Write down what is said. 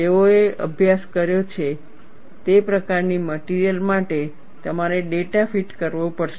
તેઓએ અભ્યાસ કર્યો છે તે પ્રકારની મટિરિયલ માટે તમારે ડેટા ફિટ કરવો પડશે